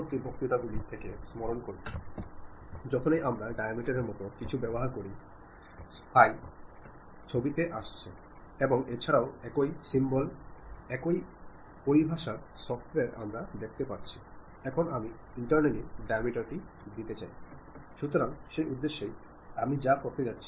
അതിനാൽ ഭാഷ ഇംഗ്ലീഷാണെങ്കിലും നിങ്ങൾ സന്ദേശം അയയ്ക്കുന്ന വ്യക്തിയും ഇംഗ്ലീഷിൽ വാചാലനായിരിക്കണം നിങ്ങൾ തിരഞ്ഞെടുത്ത വാക്ക് ബുദ്ധിമുട്ടാകുന്ന വാക്കാണെങ്കിൽ സ്വാഭാവികമായും ആളുകൾ വിലമതിക്കില്ല കാരണം ആരും ഇപ്പോൾ ഒരു നിഘണ്ടുവോ അല്ലെങ്കിൽ ശബ്ദകോശമോ ഉപയോഗിക്കാറില്ല